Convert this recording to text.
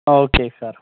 okay sir